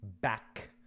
back